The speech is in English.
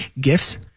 gifts